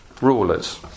rulers